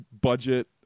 budget